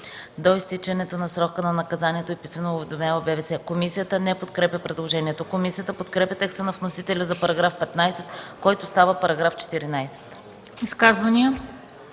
до изтичането на срока на наказанието и писмено уведомява БВС.” Комисията не подкрепя предложението. Комисията подкрепя текста на вносителя за § 15, който става § 14. ПРЕДСЕДАТЕЛ